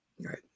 Right